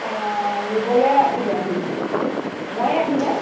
অঁ নিবলৈ আহিব আহিব মইয়ে আহি যাম